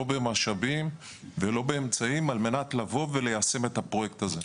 לא במשאבים ולא באמצעים על מנת ליישם את הפרויקט הזה.